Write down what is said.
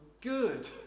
good